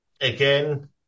Again